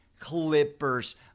Clippers